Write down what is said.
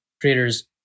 creators